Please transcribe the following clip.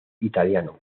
italiano